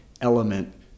element